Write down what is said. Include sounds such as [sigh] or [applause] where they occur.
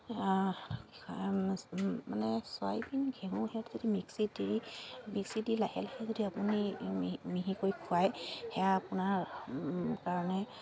মানে চয়বিন ঘেঁহু [unintelligible] মিক্সিত দি মিক্সিত দি লাহে সেই যদি আপুনি [unintelligible] কৰি খুৱায় সেয়া আপোনাৰ কাৰণে